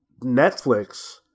netflix